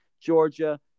Georgia